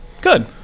Good